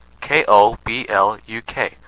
K-O-B-L-U-K